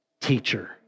teacher